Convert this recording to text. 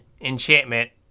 Enchantment